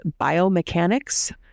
biomechanics